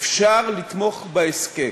אפשר לתמוך בהסכם,